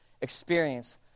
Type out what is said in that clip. experience